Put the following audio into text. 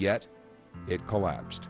yet it collapsed